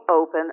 open